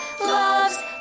loves